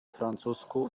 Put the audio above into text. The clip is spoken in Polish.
francusku